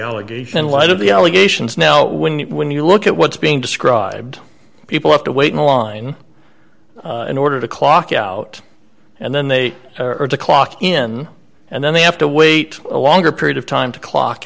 allegation in light of the allegations now when you when you look at what's being described people have to wait in line in order to clock out and then they are to clock in and then they have to wait a longer period of time to clock